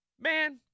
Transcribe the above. man